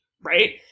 right